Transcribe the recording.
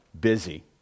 Busy